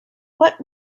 what